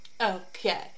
okay